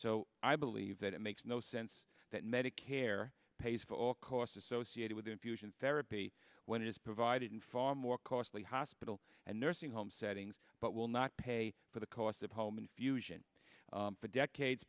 so i believe that it makes no sense that medicare pays for all costs associated with infusion therapy when it is provided in far more costly hospital and nursing home settings but will not pay for the cost of home infusion for decades